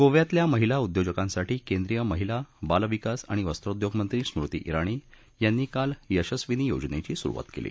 गोव्यातल्या महिला उद्योजकांसाठी केंद्रीय महिला बालविकास आणि वस्त्रोद्योग मंत्री स्मृती जिणी यांनी काल यशस्विनी योजनेची सुरुवात केली